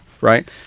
right